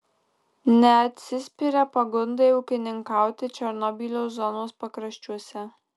neatsispiria pagundai ūkininkauti černobylio zonos pakraščiuose